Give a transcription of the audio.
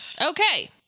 Okay